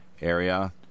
area